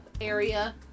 area